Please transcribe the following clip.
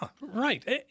right